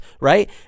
right